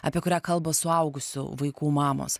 apie kurią kalba suaugusių vaikų mamos